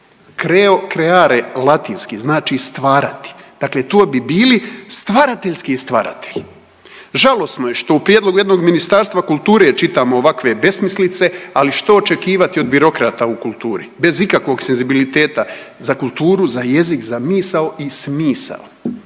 Creo, creare, latinski znači stvarati, dakle to bi bili stvarateljski stvaratelji. Žalosno je što u prijedlogu jednog Ministarstva kulture čitamo ovakve besmislice, ali što očekivati od birokrata u kulturi bez ikakvog senzibiliteta za kulturu, za jezik, za misao i smisao.